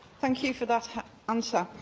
thank you for that answer.